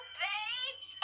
babe